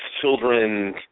children